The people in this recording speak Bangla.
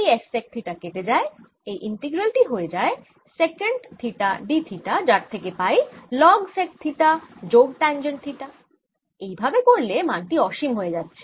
এই S সেক থিটা কেটে যায় এই ইন্টিগ্রাল টি হয়ে যায় সেকান্ট থিটা d থিটা যার থেকে পাই লগ সেক থিটা যোগ ট্যাঞ্জেন্ট থিটা এই ভাবে করলে মান টি অসীম হয়ে যাচ্ছে